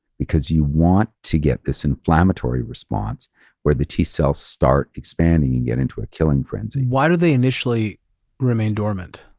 because you want to get this inflammatory response where the t-cells start expanding and get into a killing frenzy. why do they initially remain dormant?